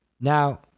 Now